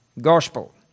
gospel